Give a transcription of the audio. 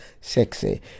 sexy